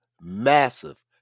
massive